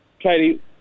Katie